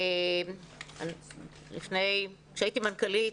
כשהייתי מנכ"לית